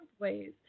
ways